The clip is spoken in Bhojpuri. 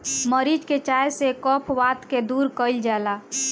मरीच के चाय से कफ वात के दूर कइल जाला